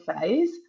phase